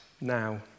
now